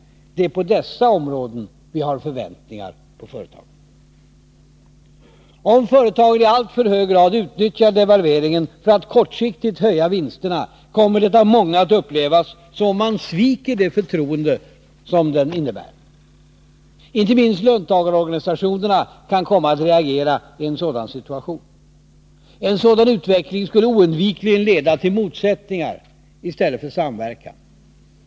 Det är på dessa områden som vi har förväntningar på företagen. Om företagen i alltför hög grad utnyttjar devalveringen för att kortsiktigt höja vinsterna, kommer det av många att upplevas som om man sviker det förtroende devalveringen innebär. Inte minst löntagarorganisationerna kan komma att reagera i en sådan situation. En sådan utveckling skulle oundvikligen leda till motsättningar i stället för samverkan.